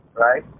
right